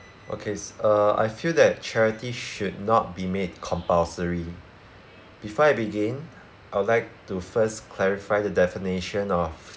okay s~ uh I feel that charity should not be made compulsory before I begin I would like to first clarify the definition of